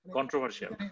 controversial